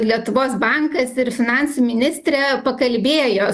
lietuvos bankas ir finansų ministrė pakalbėjo